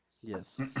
yes